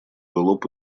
лоб